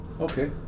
Okay